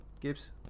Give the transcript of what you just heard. Gibbs